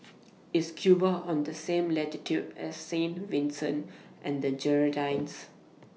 IS Cuba on The same latitude as Saint Vincent and The Grenadines